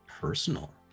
personal